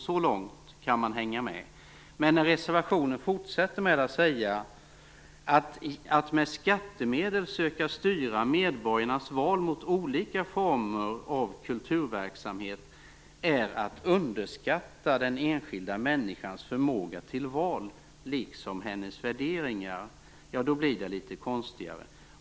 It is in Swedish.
Så långt kan man hänga med, men när man fortsätter med att säga i reservationen: "Att med skattemedel söka styra medborgarnas val mot olika former av kulturverksamhet är att underskatta den enskilda människans förmåga till val liksom hennes värderingar. ", blir det litet konstigare.